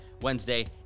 Wednesday